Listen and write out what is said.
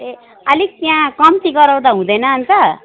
ए अलिक त्यहाँ कम्ती गराउँदा हुँदैन अनि त